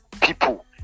people